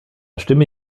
stimme